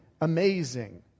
amazing